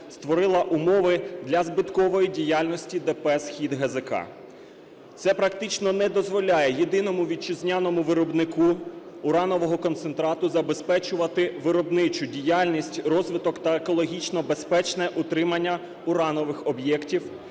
створила умови для збиткової діяльності ДП "СхідГЗК". Це практично не дозволяє єдиному вітчизняному виробнику уранового концентрату забезпечувати виробничу діяльність. Розвиток та екологічно безпечне утримання уранових об'єктів